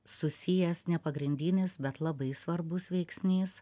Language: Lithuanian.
susijęs ne pagrindinis bet labai svarbus veiksnys